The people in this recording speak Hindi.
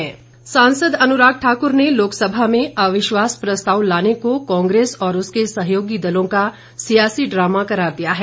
अनुराग सांसद अनुराग ठाकुर ने लोक सभा में अविश्वास प्रस्ताव लाने को कांग्रेस और उसके सहयोगी दलों का सियासी ड्रामा करार दिया है